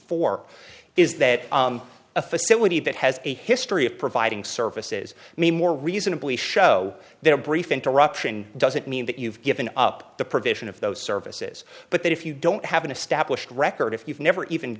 four is that a facility that has a history of providing services to me more reasonably show that a brief interruption doesn't mean that you've given up the provision of those services but that if you don't have an established record if you've never even